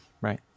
Right